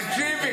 תקשיבי.